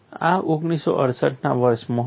આ 1968 ના વર્ષમાં હતું